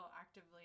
actively